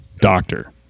doctor